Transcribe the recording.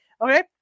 Okay